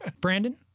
brandon